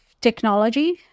technology